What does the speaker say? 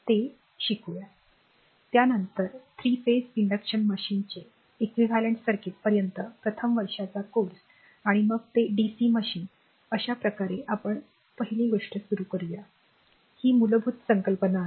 त्यानंतर नंतर three phase induction मशीनचे समतुल्य सर्किट पर्यंत प्रथम वर्षाचा कोर्स आणि मग ते डीसी मशीन अशा प्रकारे आपण पहिली गोष्ट सुरू करूया ही मूलभूत संकल्पना आहे